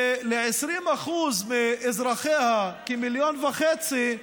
ול-20% מאזרחיה, כמיליון וחצי,